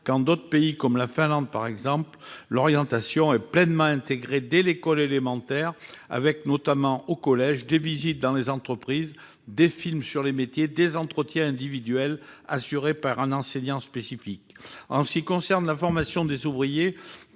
dans d'autres pays, comme en Finlande, l'orientation est pleinement intégrée dès l'école élémentaire, avec également, au collège, des visites dans les entreprises, des films sur les métiers et des entretiens individuels assurés par un enseignant spécifique. En ce qui concerne la formation, seulement